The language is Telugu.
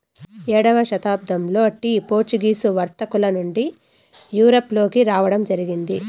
ఏడవ శతాబ్దంలో టీ పోర్చుగీసు వర్తకుల నుండి యూరప్ లోకి రావడం జరిగింది